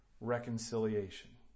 reconciliation